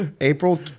April